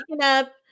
up